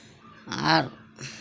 आ